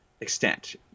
extent